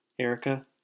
Erica